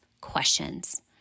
questions